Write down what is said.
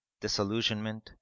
disillusionment